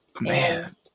Man